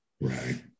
Right